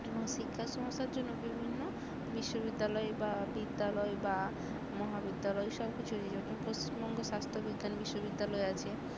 এবং শিক্ষার সমস্যার জন্য বিভিন্ন বিশ্ববিদ্যালয় বা বিদ্যালয় বা মহাবিদ্যালয় সব কিছু যেই জন্য পশ্চিমবঙ্গ স্বাস্থ্য বিজ্ঞান বিশ্ববিদ্যালয় আছে